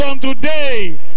today